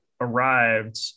arrived